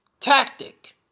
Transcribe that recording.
tactic